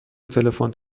تلفن